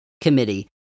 committee